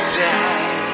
day